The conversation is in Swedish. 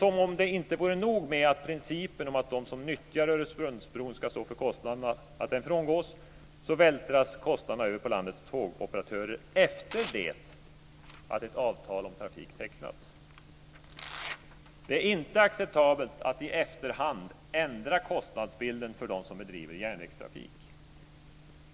Som om det inte vore nog med att principen att de som nyttjar Öresundsbron ska stå för kostnaderna frångås, vältras kostnaderna över på landets tågoperatörer efter det att ett avtal om trafik har tecknats. Det är inte acceptabelt att i efterhand ändra kostnadsbilden för dem som bedriver järnvägstrafik.